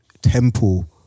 temple